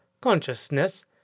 consciousness